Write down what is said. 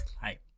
Hi